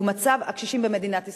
מצב הקשישים במדינת ישראל.